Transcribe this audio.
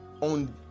on